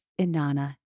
Inanna